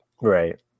Right